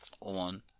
on